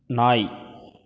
நாய்